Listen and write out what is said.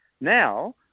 now